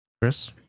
Chris